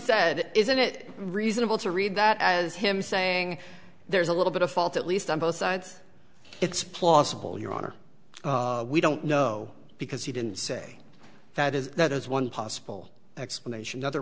said isn't it reasonable to read that as him saying there's a little bit of fault at least on both sides it's plausible your honor we don't know because he didn't say that is that as one possible explanation other